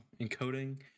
encoding